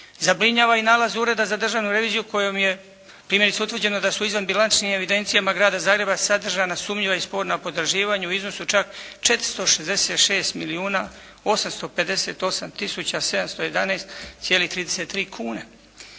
Zabrinjava i nalaz Ureda za državnu reviziju kojom je primjerice utvrđeno da su izvanbilančnim evidencijama grada Zagreba sadržana sumnjiva i sporna potraživanja u iznosu čak 466 milijuna